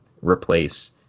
replace